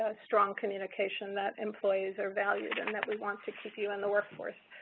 ah strong communication that employees are valued and that we want to keep you in the workforce.